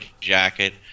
jacket